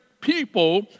people